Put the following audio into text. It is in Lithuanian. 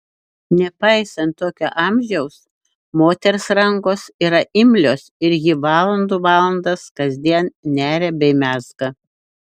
nepaisant tokio amžiaus moters rankos yra imlios ir ji valandų valandas kasdien neria bei mezga